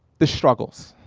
the struggles.